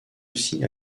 aussi